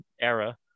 era